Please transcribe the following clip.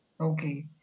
Okay